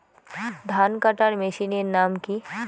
ধান কাটার মেশিনের নাম কি?